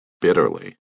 bitterly